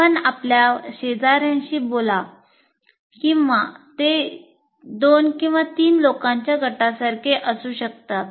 आपण आपल्या शेजाऱ्याशी बोला किंवा ते 23 लोकांच्या गटासारखे असू शकतात